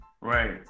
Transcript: right